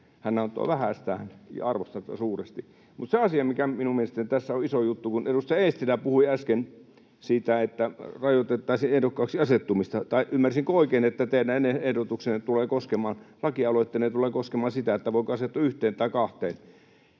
Hän antoi vähästään, arvostan tätä suuresti. Mutta se asia, mikä minun mielestäni tässä on iso juttu, on se, kun edustaja Eestilä puhui äsken siitä, että rajoitettaisiin ehdokkaaksi asettumista — vai ymmärsinkö oikein, että teidän lakialoitteenne tulee koskemaan sitä, voiko asettua yhteen tai kahteen?